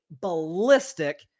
ballistic